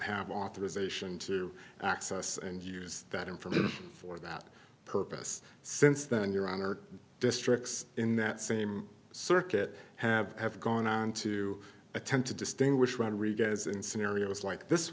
have authorization to access and use that information for that purpose since then your honor districts in that same circuit have have gone on to attempt to distinguish rodriguez in scenarios like this